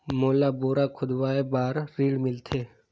मोला बोरा खोदवाय बार ऋण मिलथे?